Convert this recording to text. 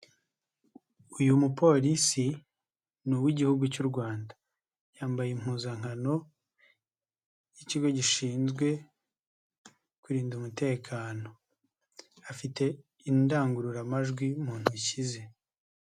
Uyu mupolisi n'uw'Igihugu cy'u Rwanda, yambaye impuzankano y'ikigo gishinzwe kurinda umutekano, afite indangururamajwi mu ntoki ze.